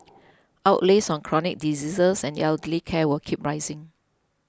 outlays on chronic diseases and elderly care will keep rising